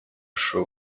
show